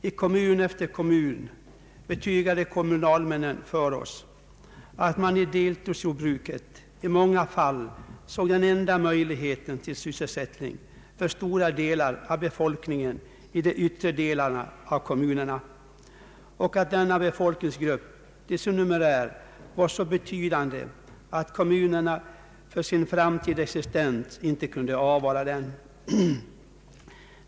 I kommun efter kommun betygade kommunalmännen för oss att man i deltidsjordbruket i många fall såg den enda möjligheten till sysselsättning för stora delar av befolkningen i de yttre delarna av kommunerna och att denna befolkningsgrupp till sin numerär var så betydande att kommunerna för sin framtida existens inte kunde avvara den.